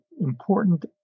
important